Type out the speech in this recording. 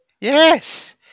Yes